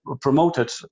Promoted